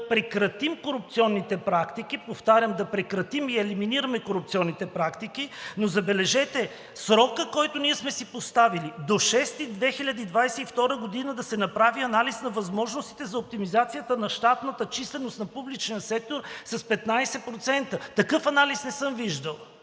прекратим корупционните практики, повтарям да прекратим и елиминираме корупционните практики, но забележете, срокът, който ние сме си поставили до юни 2022 г. да се направи анализ на възможностите за оптимизацията на щатната численост на публичния сектор с 15%. Такъв анализ не съм виждал